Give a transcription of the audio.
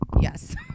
Yes